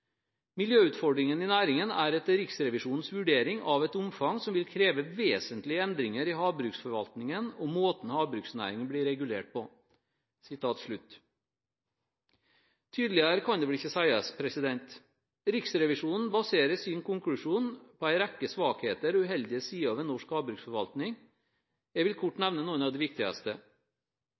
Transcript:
Miljøutfordringene i næringen er etter Riksrevisjonens vurdering av et omfang som vil kreve vesentlige endringer i havbruksforvaltningen og måten havbruksnæringen blir regulert på.» Tydeligere kan det vel ikke sies! Riksrevisjonen baserer sin konklusjon på en rekke svakheter og uheldige sider ved norsk havbruksforvaltning. Jeg vil kort nevne noen av de viktigste.